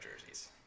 jerseys